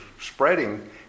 spreading